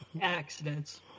Accidents